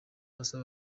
asaba